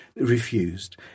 refused